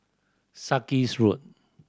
Sarkies Road